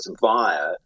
via